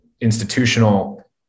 institutional